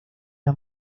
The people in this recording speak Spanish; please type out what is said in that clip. era